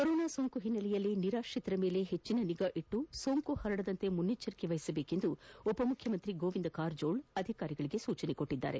corona ಸೋಂಕಿನ ಹಿನ್ನೆಲೆಯಲ್ಲಿ ನಿರಾಶ್ರಿತರ ಮೇಲೆ ಹೆಚ್ಚಿನ ನಿಗಾವಹಿಸಿ ಸೋಂಕು ಹರಡದಂತೆ ಮುನ್ನೆಚ್ಚರಿಕೆ ವಹಿಸಬೇಕೆಂದು ಉಪಮುಖ್ಯಮಂತ್ರಿ ಗೋವಿಂದ ಕಾರಜೋಳ ಅಧಿಕಾರಿಗಳಿಗೆ ಸೂಚಿಸಿದ್ದಾರೆ